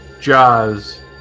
jaws